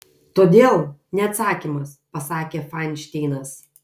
todėl ne atsakymas pasakė fainšteinas